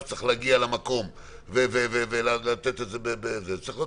צריך להגיע למקום ולהטיל את הקנס בעצמו.